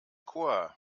chor